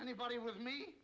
anybody with me